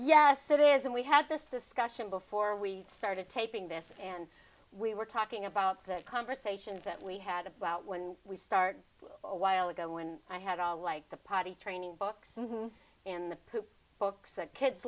yes it is and we had this discussion before we started taping this and we were talking about that conversation that we had about when we started a while ago when i had all like the potty training books in the books that kids